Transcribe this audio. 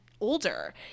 older